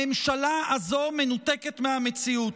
הממשלה הזו מנותקת מהמציאות.